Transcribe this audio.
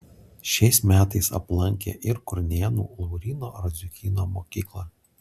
šiais metais aplankė ir kurnėnų lauryno radziukyno mokyklą